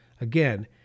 Again